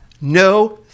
no